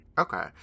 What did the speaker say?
Okay